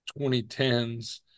2010s